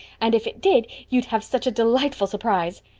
and if it did you'd have such a delightful surprise.